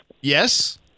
Yes